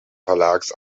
verlags